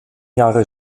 jahre